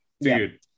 dude